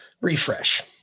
refresh